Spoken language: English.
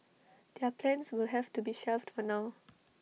their plans will have to be shelved for now